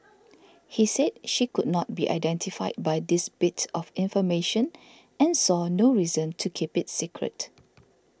he said she could not be identified by this bit of information and saw no reason to keep it secret